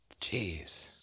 Jeez